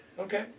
Okay